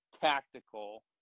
tactical